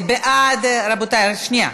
רבותי, שנייה.